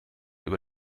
über